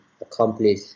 accomplish